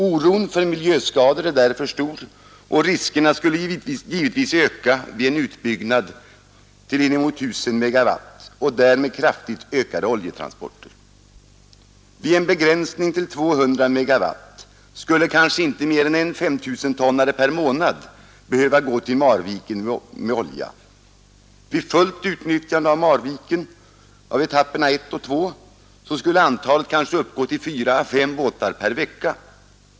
Oron för miljöskador är därför stor, och riskerna skulle givetvis öka vid en utbyggnad till inemot 1 000 MW och därmed kraftigt ökade oljetransporter. Vid en begränsning till 200 MW skulle kanske inte mer än en 5 000-tonnare per månad behöva gå till Marviken med olja — vid fullt utnyttjande av utbyggnaden med etapperna 2 och 3 skulle antalet uppgå till kanske fyra å fem oljebåtar per vecka.